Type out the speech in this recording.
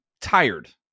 tired